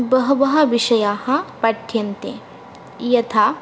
बहवः विषयाः पाठ्यन्ते यथा